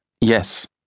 Yes